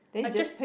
I just